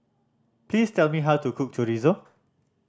please tell me how to cook Chorizo